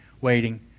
waiting